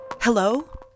Hello